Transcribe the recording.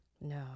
No